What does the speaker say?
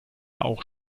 auch